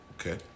Okay